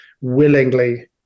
willingly